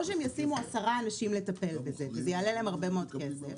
שישימו עשרה אנשים לטפל בזה וזה יעלה להם הרבה מאוד כסף